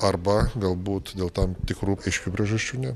arba galbūt dėl tam tikrų aiškių priežasčių ne